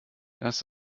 das